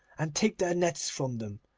and take their nets from them.